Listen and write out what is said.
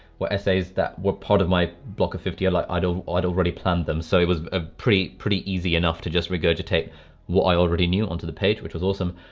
what essays that were part of my block of fifty are like i'd, i'd already planned them. so it was ah pretty, pretty easy enough to just regurgitate what i already knew onto the page, which was awesome.